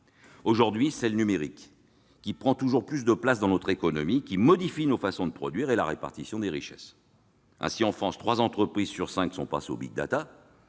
Aujourd'hui, c'est le numérique qui prend toujours plus de place dans notre économie, qui modifie nos façons de produire et la répartition des richesses. Ainsi, en France, trois entreprises sur cinq sont passées au big data